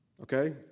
Okay